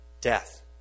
Death